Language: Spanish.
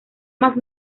más